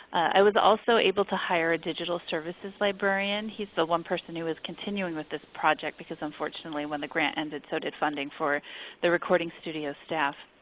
i was also able to hire a digital services librarian. he's the one person who is continuing with this project because unfortunately when the grant ended so did funding for the recording studio staff.